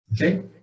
Okay